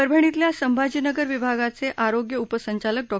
परभणीतल्या संभाजीनगर विभागाचे आरोग्य उपसंचालक डॉ